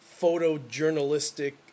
photojournalistic